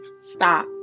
stop